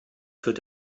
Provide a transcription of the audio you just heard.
führt